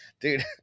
dude